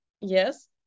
Yes